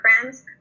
friends